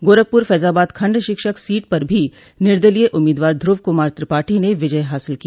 गोरखपुर फैजाबाद खंड शिक्षक सीट पर भी निर्दलीय उम्मीदवार ध्रुव कुमार त्रिपाठी ने विजय हासिल की